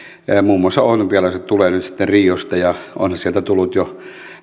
muun muassa olympialaiset tulevat nyt sitten riosta ja ovathan sieltä tulleet jo